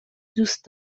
دوست